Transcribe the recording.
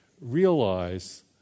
realize